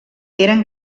eren